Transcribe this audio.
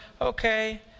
okay